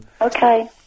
okay